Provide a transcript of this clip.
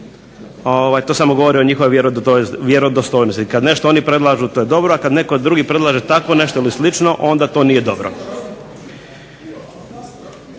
To samo govori o njihovoj vjerodostojnosti. Kad nešto oni predlažu to je dobro, a kad netko drugi predlaže tako nešto ili slično onda to nije dobro.